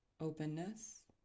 openness